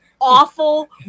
awful